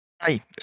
Hi